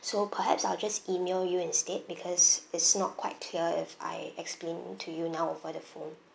so perhaps I'll just email you instead because is not quite clear if I explain to you now over the phone